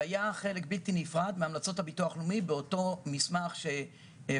זה היה חלק בלתי נפרד מהמלצות הביטוח הלאומי באותו מסמך שהעברנו.